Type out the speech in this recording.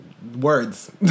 Words